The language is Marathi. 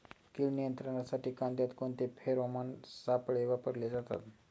कीड नियंत्रणासाठी कांद्यात कोणते फेरोमोन सापळे वापरले जातात?